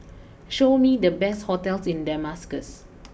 show me the best hotels in Damascus